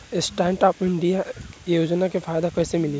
Stand up India योजना के फायदा कैसे मिली?